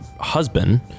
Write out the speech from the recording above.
husband